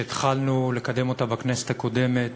שהתחלנו לקדם אותה בכנסת הקודמת